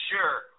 Sure